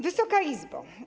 Wysoka Izbo!